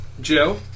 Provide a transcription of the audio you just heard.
Joe